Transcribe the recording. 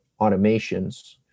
automations